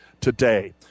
today